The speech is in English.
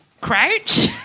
crouch